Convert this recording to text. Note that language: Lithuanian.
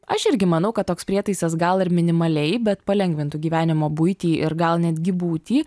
aš irgi manau kad toks prietaisas gal ir minimaliai bet palengvintų gyvenimo buitį ir gal netgi būtį